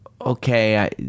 okay